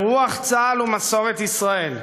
ברוח צה"ל ומסורת ישראל,